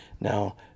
Now